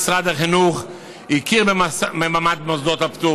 משרד החינוך הכיר במעמד מוסדות הפטור.